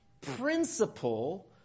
principle